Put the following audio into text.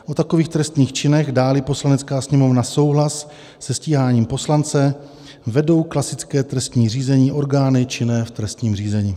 O takových trestných činech, dáli Poslanecká sněmovna souhlas se stíháním poslance, vedou klasické trestní řízení orgány činné v trestním řízení.